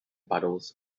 puddles